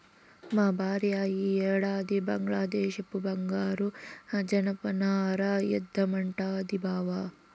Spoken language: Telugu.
మా భార్య ఈ ఏడాది బంగ్లాదేశపు బంగారు జనపనార ఏద్దామంటాంది బావ